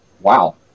Wow